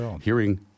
hearing